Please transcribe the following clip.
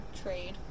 trade